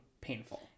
painful